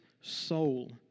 soul